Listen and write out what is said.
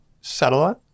satellite